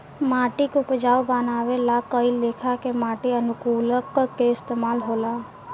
माटी के उपजाऊ बानवे ला कए लेखा के माटी अनुकूलक के इस्तमाल होला